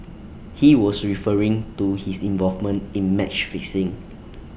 he was referring to his involvement in match fixing